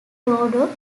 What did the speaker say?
todo